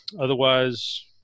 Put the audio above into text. Otherwise